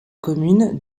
commune